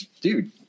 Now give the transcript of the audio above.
dude